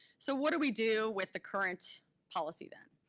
so what do we do with the current policy then?